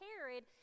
Herod